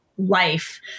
life